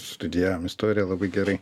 studijavom istoriją labai gerai